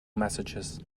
messages